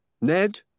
Ned